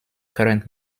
current